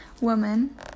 Woman